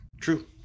True